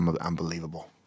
unbelievable